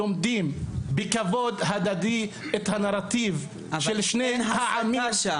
שלומדים בכבוד הדדי על הנרטיב של שני הצדדים.